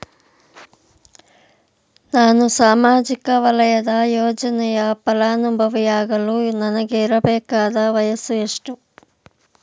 ನಾನು ಸಾಮಾಜಿಕ ವಲಯದ ಯೋಜನೆಯ ಫಲಾನುಭವಿಯಾಗಲು ನನಗೆ ಇರಬೇಕಾದ ವಯಸ್ಸುಎಷ್ಟು?